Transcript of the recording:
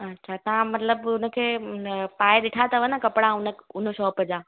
अच्छा तव्हां मतलबु हुनखे हम्म न पाए ॾिठा अथव न कपिड़ा हुन हुन शॉप जा